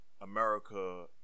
America